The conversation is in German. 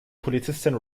polizistin